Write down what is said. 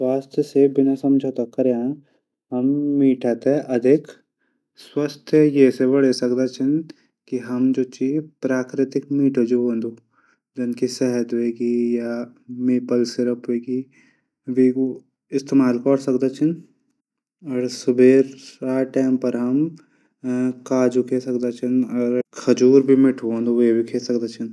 स्वाद से बिना समझोता करयां हम मीठा थै अधिक स्वास्थ्यवर्धक ऐ से बङै सकदा छन। कि हम जू छिन प्राकृतिक मीठू जू हूदू। जनकी सहद ह्वेगे या मीपल शिरप ह्वेगे वे ऊ इस्तेमाल कौर सकदा छन। अर सुबेरा टाइम पर हम काजू भी खै. सकदा छन खजूर भी मिठू होंदू।